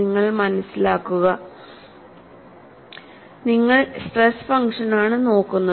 നിങ്ങൾ മനസിലാക്കുക നിങ്ങൾ സ്ട്രെസ് ഫംഗ്ഷനാണ് നോക്കുന്നത്